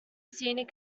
scenic